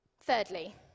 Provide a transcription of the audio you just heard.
Thirdly